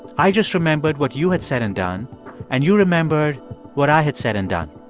i just remembered what you had said and done and you remembered what i had said and done.